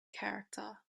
character